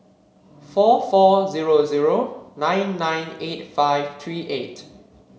four four zero zero nine nine eight five three eight